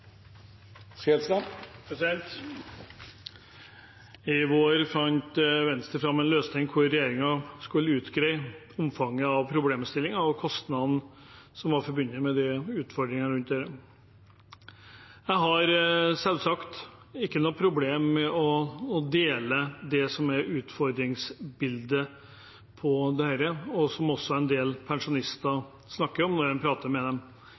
I vår fant Venstre fram til en løsning hvor regjeringen skulle utrede omfanget av problemstillingen og kostnadene som var forbundet med utfordringene rundt dette. Jeg har selvsagt ikke noe problem med å dele det som er utfordringsbildet med dette, og som også en del pensjonister snakker om når en prater med dem,